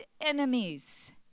enemies